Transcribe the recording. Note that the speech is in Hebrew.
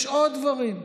יש עוד דברים,